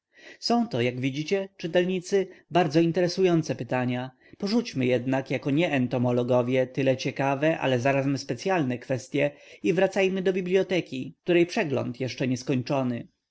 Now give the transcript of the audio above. są to jak widzicie czytelnicy bardzo interesujące pytania porzućmy jednak jako nieentomologowie tyle ciekawe ale zarazem specyalne kwestye i wracajmy do biblioteki której przegląd jeszcze nieskończony